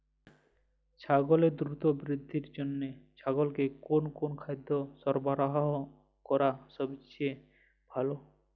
ছাগলের দ্রুত বৃদ্ধির জন্য ছাগলকে কোন কোন খাদ্য সরবরাহ করা সবচেয়ে ভালো?